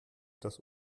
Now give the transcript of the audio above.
das